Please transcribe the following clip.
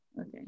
Okay